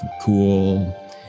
cool